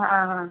ആ ആ ആ